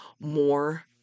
more